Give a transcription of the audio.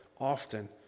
often